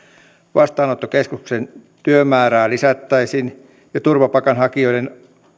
vastaanottokeskuksien työmäärää lisättäisiin ja turvapaikanhakijoista